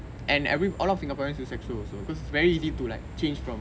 and every all of singaporeans use sacso also cause it's very easy to like change from